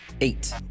Eight